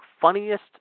funniest